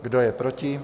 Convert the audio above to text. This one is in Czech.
Kdo je proti?